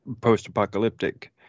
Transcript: post-apocalyptic